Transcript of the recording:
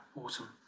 awesome